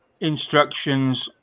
instructions